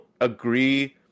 agree